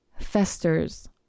festers